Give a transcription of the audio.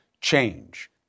change